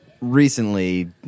recently